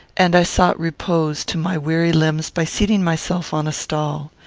and i sought repose to my weary limbs by seating myself on a stall.